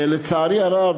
לצערי הרב,